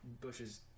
Bush's